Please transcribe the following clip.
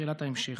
בשאלת ההמשך.